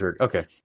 Okay